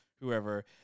whoever